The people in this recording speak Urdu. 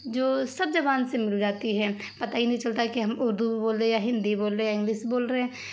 جو سب جبان سے مل جاتی ہے پتہ ہی نہیں چلتا ہے کہ ہم اردو بول رہے ہیں یا ہندی بول رہے ہیں یا انگلش بول رہے ہیں